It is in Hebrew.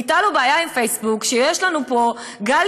נהייתה לו בעיה עם פייסבוק כשיש לנו פה גל